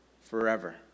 forever